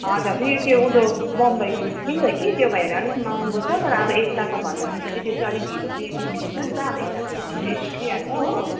हजुर फेरि त्यो उँदो मम्बईको निस्कियो नि त कि त्यो भएर अलिक महँगो छ तर अब यताको भन्दाखेरि चाहिँ त्यो चाहिँ अलिक ढिलो बि बिग्रिन्छ त अब यताको चाहिँ छिटै बिग्रिहाल्छ हो